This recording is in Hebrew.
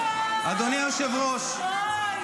אוי אוי אוי אוי.